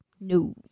No